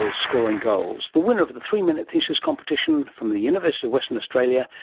um scoring goals. the winner of of the three-minute thesis competition from the university of western australia,